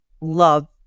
love